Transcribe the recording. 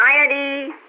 anxiety